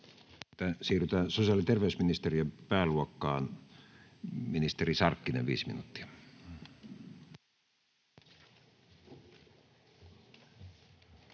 Siirrytään sosiaali- ja terveysministeriön pääluokkaan. — Ministeri Sarkkinen, viisi minuuttia.